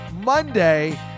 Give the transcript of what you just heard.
Monday